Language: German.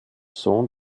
sohn